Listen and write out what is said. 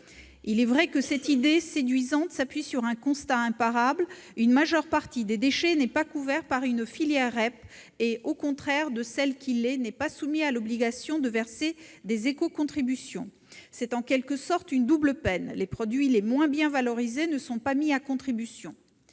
Il est vrai que cette idée séduisante s'appuie sur un constat imparable : une majeure partie des déchets n'est pas couverte par une filière REP et les producteurs ne sont donc pas soumis à l'obligation de verser des éco-contributions. C'est en quelque sorte une double peine : les produits les moins bien valorisés ne sont pas mis à contribution.